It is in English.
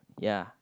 ya